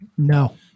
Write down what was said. No